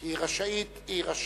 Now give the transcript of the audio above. כי היא רשאית, היא רשאית,